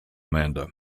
amanda